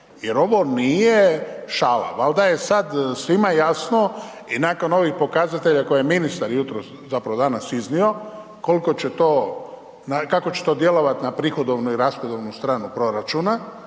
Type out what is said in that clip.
jer ono nije šala. Valjda je sada svima jasno i nakon ovih pokazatelja koje je ministar jutros, zapravo danas iznio koliko će to kako će to djelovati na prihodovnu i rashodovnu stranu proračuna